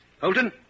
Holton